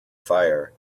fire